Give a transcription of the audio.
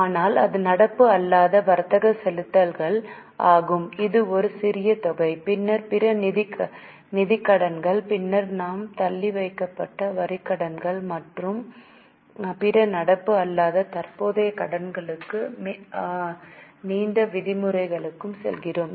ஆனால் இது நடப்பு அல்லாத வர்த்தக செலுத்துதல்கள் ஆகும் இது ஒரு சிறிய தொகை பின்னர் பிற நிதிக் கடன்கள் பின்னர் நாம் தள்ளிவைக்கப்பட்ட வரிக் கடன்கள் மற்றும் பிற நடப்பு அல்லாத தற்போதைய கடன்களுக்கு நீண்ட கால விதிமுறைகளுக்குச் செல்கிறோம்